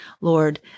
Lord